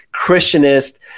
Christianist